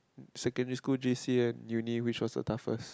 secondary school J_C and uni which is the toughest